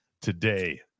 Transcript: today